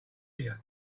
you